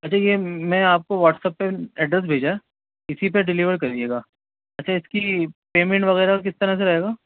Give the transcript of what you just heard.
اچھا یہ میں آپ کو واٹسپ پہ ایڈریس بھیجا ہے اِسی پہ ڈلیور کریے گا اچھا اِس کی پیمنٹ وغیرہ کس طرح سے رہے گا